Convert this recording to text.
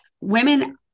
women